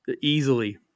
easily